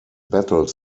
battle